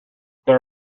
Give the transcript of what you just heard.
there